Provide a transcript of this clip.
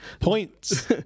Points